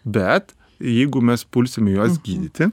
bet jeigu mes pulsime juos gydyti